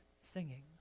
singing